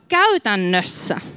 käytännössä